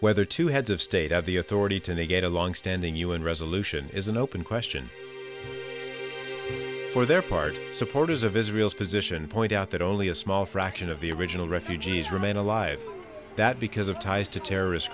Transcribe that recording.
whether to heads of state have the authority to negate a longstanding u n resolution is an open question for their party supporters of israel's position point out that only a small fraction of the original refugees remain alive that because of ties to terrorist